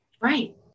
Right